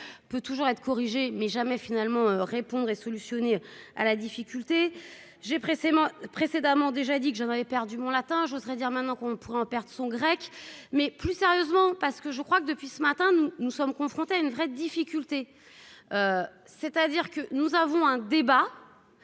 peut toujours être corrigé mais jamais finalement répondre et solutionner. Ah la difficulté j'ai précisément précédemment déjà dit que j'en avais perdu mon latin, j'oserais dire maintenant qu'on pourra en perte son grec mais plus sérieusement, parce que je crois que depuis ce matin, nous sommes confrontés à une vraie difficulté, c'est-à-dire. Que nous avons un débat